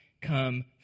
come